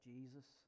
Jesus